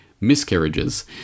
miscarriages